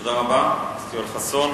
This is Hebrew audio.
תודה רבה לחבר הכנסת יואל חסון.